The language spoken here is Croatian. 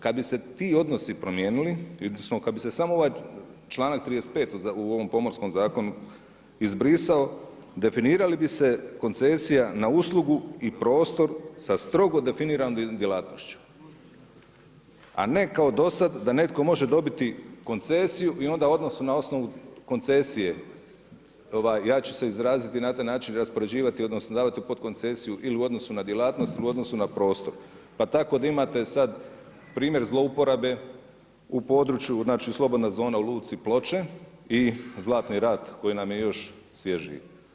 Kad bi se ti odnosi promijenili, odnosno kad bi se samo ovaj članak 35. u ovom Pomorskom zakonu izbrisao definirali bi se koncesija na uslugu i prostor sa strogo definiranom djelatnošću, a ne kao dosad da netko može dobiti koncesiju i onda u odnosu na osnovu koncesije ja ću se izraziti na taj način raspoređivati, odnosno davati u podkoncesiju ili u odnosu na djelatnosti ili u odnosu na prostor, pa tako da imate sad primjer zlouporabe u području, znači slobodna zona u luci Ploče i Zlatni rat koji nam je još svježiji.